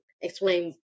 explain